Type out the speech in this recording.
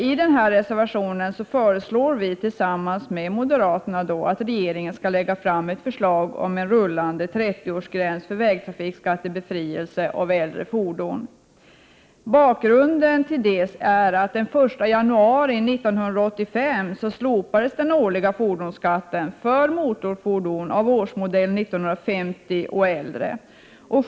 I reservationen föreslår vi tillsammans med moderaterna att regeringen skall lägga fram ett förslag om en rullande 30-årsgräns för befrielse från vägskatt för äldre fordon. Bakgrunden till detta är att den 1 januari 1985 slopades den årliga fordonsskatten för motorfordon av årsmodell 1950 och äldre.